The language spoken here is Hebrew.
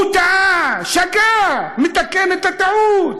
הוא טעה, שגה, מתקן את הטעות.